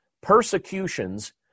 persecutions